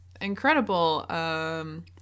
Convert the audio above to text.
incredible